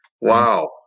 Wow